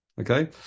Okay